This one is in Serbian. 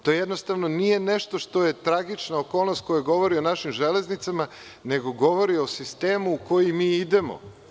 To jednostavno nije nešto što je tragična okolnost, koja govori o našim železnicama, nego govori o sistemu u koji mi idemo.